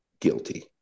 guilty